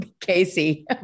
Casey